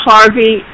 Harvey